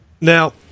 Now